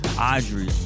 Audrey